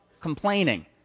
Complaining